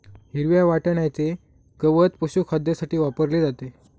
हिरव्या वाटण्याचे गवत पशुखाद्यासाठी वापरले जाते